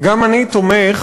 גם אני תומך,